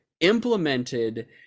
implemented